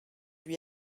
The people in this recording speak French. lui